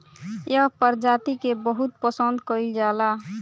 एह प्रजाति के बहुत पसंद कईल जाला